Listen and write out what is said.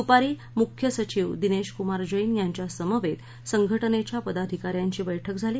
दुपारी मुख्य सचिव दिनध्क्मार जैन यांच्यासमक्तीसंघटनच्या पदाधिकाऱ्यांची बैठक झाली